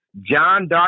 John